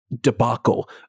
debacle